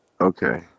Okay